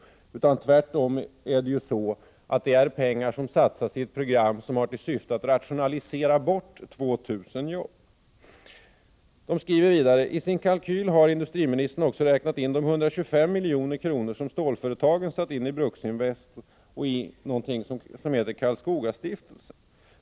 Tvärtom satsas pengarna i ett program som har till syfte att rationalisera bort 2 000 jobb. De framhöll vidare: ”TI sin kalkyl har industriministern också räknat in de 125 miljoner kronor som stålföretagen har satt in i Bruksinvest och Karlskogastiftelsen.